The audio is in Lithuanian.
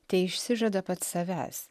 teišsižada pats savęs